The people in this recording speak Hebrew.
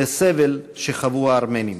לסבל שחוו הארמנים.